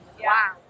Wow